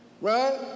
Right